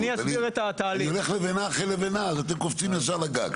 אני הולך לבנה אחרי לבנה, אז אתם קופצים ישר לגג.